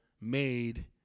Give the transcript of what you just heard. made